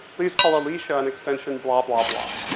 please call alicia on extension blah, blah, blah.